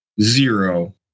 zero